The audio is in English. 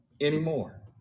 anymore